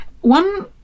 One